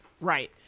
right